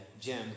Jim